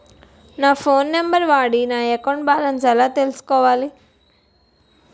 నా phone number వాడి నా అకౌంట్ బాలన్స్ ఎలా తెలుసుకోవాలి?